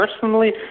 personally